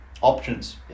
Options